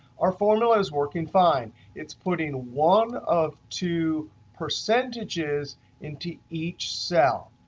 our formula is working fine. it's putting one of two percentages into each cell.